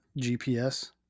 GPS